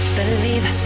believe